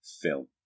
film